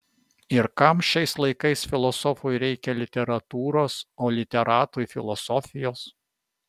ir kam šiais laikais filosofui reikia literatūros o literatui filosofijos